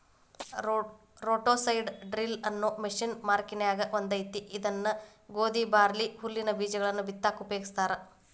roto seed drill ಅನ್ನೋ machine ಮಾರ್ಕೆನ್ಯಾಗ ಬಂದೇತಿ ಇದನ್ನ ಗೋಧಿ, ಬಾರ್ಲಿ, ಹುಲ್ಲಿನ ಬೇಜಗಳನ್ನ ಬಿತ್ತಾಕ ಉಪಯೋಗಸ್ತಾರ